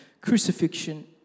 crucifixion